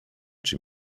czy